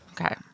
okay